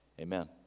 Amen